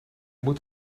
moet